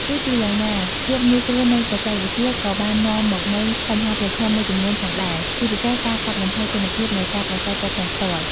ទោះជាយ៉ាងណា ភាពងាយស្រួលនៃបច្ចេកវិទ្យាក៏បាននាំមកនូវបញ្ហាប្រឈមមួយចំនួនផងដែរ ជាពិសេសការកាត់បន្ថយគុណភាពនៃការប្រាស្រ័យទាក់ទងផ្ទាល់។